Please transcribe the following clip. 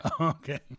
Okay